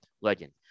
Legend